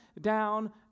down